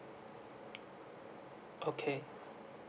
okay